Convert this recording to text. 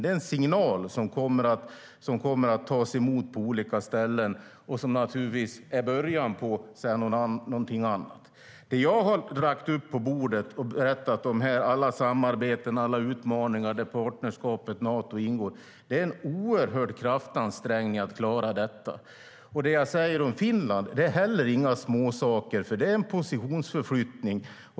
Det är en signal som kommer att tas emot på olika ställen och som är början på någonting annat. Det jag säger om Finland är heller inga småsaker, för det är en positionsförflyttning.